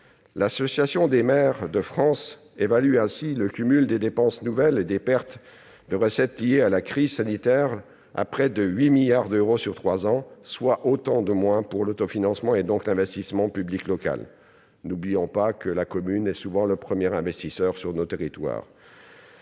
L'Association des maires de France évalue le cumul des dépenses nouvelles et des pertes de recettes liées à la crise sanitaire à près de 8 milliards d'euros sur trois ans. Autant de moins pour l'autofinancement, donc l'investissement public local ! Ne l'oublions pas, la commune est souvent le premier investisseur sur nos territoires.